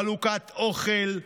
חלוקת אוכל,